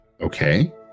Okay